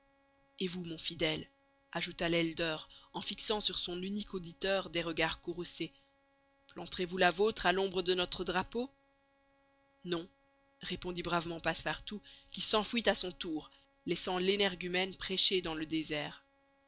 et vous mon fidèle ajouta l'elder en fixant sur son unique auditeur des regards courroucés planterez vous la vôtre à l'ombre de notre drapeau non répondit bravement passepartout qui s'enfuit à son tour laissant l'énergumène prêcher dans le désert